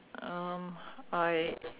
um I